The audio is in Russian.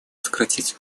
сократить